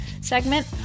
segment